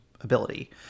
ability